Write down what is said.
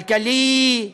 כלכלי,